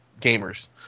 gamers